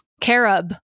carob